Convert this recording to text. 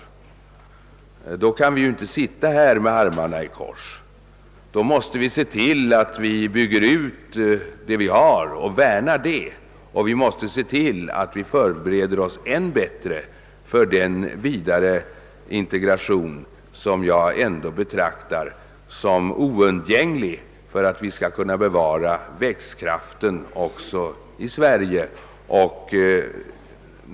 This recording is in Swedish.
Under sådana förhållanden kan vi inte sitta med armarna i kors utan vi måste se till att bygga ut vad vi har, att värna om det och förbereda oss ännu bättre för den vidare integration som jag betraktar som oundgängligen nödvändig för att vi skall kunna bevara den ekonomiska växtkraften i Sverige.